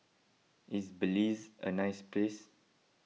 is Belize a nice place